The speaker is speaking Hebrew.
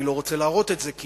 אני לא רוצה להראות את זה כי